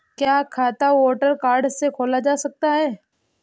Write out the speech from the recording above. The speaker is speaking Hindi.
क्या खाता वोटर कार्ड से खोला जा सकता है?